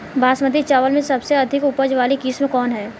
बासमती चावल में सबसे अधिक उपज वाली किस्म कौन है?